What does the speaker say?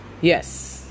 Yes